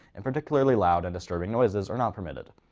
in particularly loud and disturbing noises are not permitted.